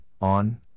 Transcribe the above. ON